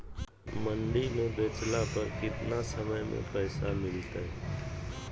मंडी में बेचला पर कितना समय में पैसा मिलतैय?